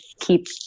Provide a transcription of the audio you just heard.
keep